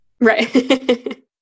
Right